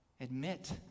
Admit